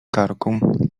karku